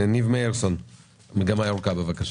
ניב מאירסון ממגמה ירוקה, בבקשה.